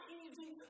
easy